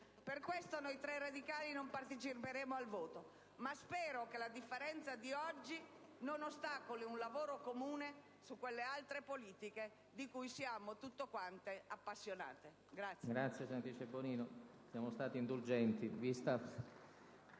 Per questo noi tre radicali non parteciperemo al voto, ma spero che la differenza di oggi non ostacoli un lavoro comune su quelle altre politiche di cui siamo tutte quante appassionate.